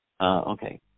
Okay